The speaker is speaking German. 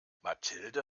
mathilde